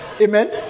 Amen